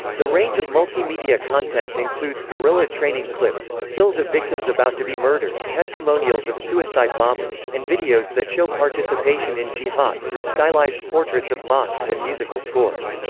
the range of multimedia content includes guerrilla training clips, stills of victims about to be murdered, testimonials of suicide bombers, and videos that show participation in jihad through stylized portraits of mosques and musical scores.